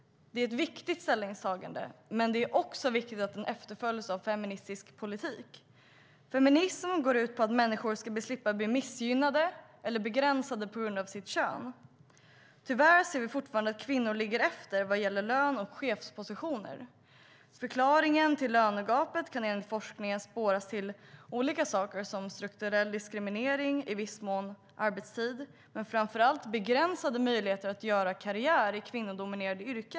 Det är ett viktigt ställningstagande, men det är också viktigt att det efterföljs av en feministisk politik. Feminism går ut på att människor ska slippa bli missgynnade eller begränsade på grund av sitt kön. Tyvärr ser vi att kvinnor fortfarande ligger efter när det gäller lön och chefspositioner. Förklaringen till lönegapet kan enligt forskningen spåras till olika saker som till exempel strukturell diskriminering, arbetstid i viss mån men framför allt begränsade möjligheter att göra karriär i kvinnodominerade yrken.